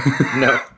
No